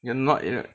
you are not you know